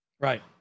Right